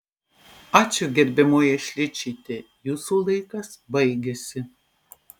ačiū gerbiamoji šličyte jūsų laikas baigėsi